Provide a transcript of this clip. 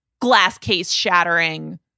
glass-case-shattering